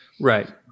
Right